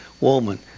woman